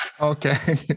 Okay